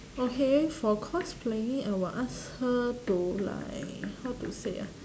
okay for cosplaying I will ask her to like how to say ah